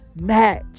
match